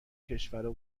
کشورا